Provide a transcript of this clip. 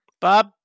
Bob